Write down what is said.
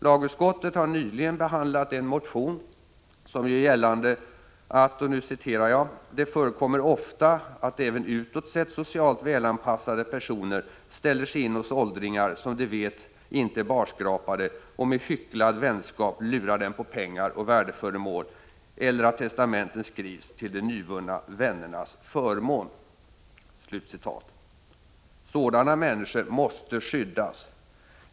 Lagutskottet har nyligen behandlat en motion som gör gällande att ”det förekommer ofta att även utåt sett socialt välanpassade personer ställer sig in hos åldringar som de vet inte är barskrapade och med hycklad vänskap lurar dem på pengar och värdeföremål, eller att testamenten skrivs till de nyvunna vännernas förmån”. I sådana fall behövs ett skydd för den enskilde.